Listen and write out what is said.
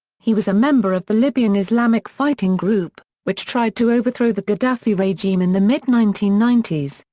he was a member of the libyan islamic fighting group, which tried to overthrow the gadhafi regime in the mid nineteen ninety s.